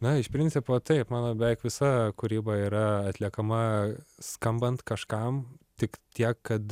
na iš principo taip mano beveik visa kūryba yra atliekama skambant kažkam tik tiek kad